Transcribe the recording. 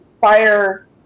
fire